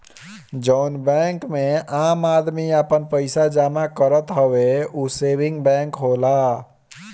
जउन बैंक मे आम आदमी आपन पइसा जमा करत हवे ऊ सेविंग बैंक होला